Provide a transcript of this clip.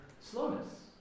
slowness